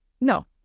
No